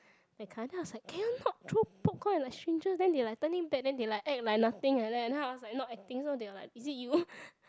that kind then I was like can you not throw popcorn at like stranger then they like turning back then they like act like nothing like that then I was like not acting so they were like is it you